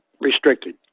restricted